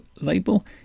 label